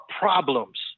problems